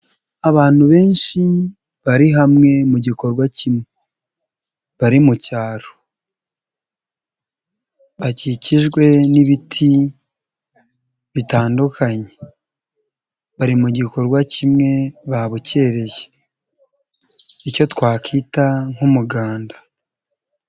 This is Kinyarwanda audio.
Abantu benshi bari hamwe mu gikorwa kimwe bari mu cyaro bakikijwe n'ibiti bitandukanye bari mu gikorwa kimwe babukereye icyo twakwita nk'umuganda.